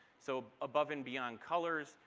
so above and beyond colors.